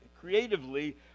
creatively